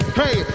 hey